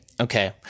okay